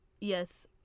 Yes